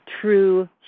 true